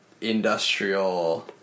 industrial